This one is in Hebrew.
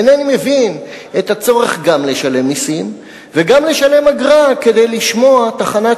אינני מבין את הצורך גם לשלם מסים וגם לשלם אגרה כדי לשמוע תחנת